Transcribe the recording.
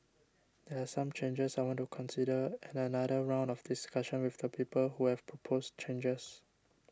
there are some changes I want to consider and another round of discussion with the people who have proposed changes